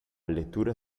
lettura